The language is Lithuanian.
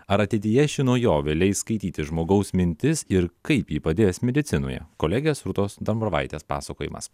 ar ateityje ši naujovė leis skaityti žmogaus mintis ir kaip ji padės medicinoje kolegės rūtos dambravaitės pasakojimas